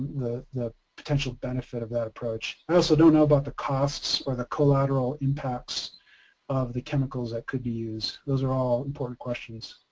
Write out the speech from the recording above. the potential benefit of that approach. i also don't know about the costs or the collateral impacts of the chemicals that could be used. those are all important questions.